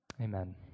Amen